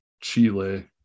Chile